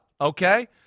okay